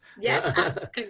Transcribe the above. Yes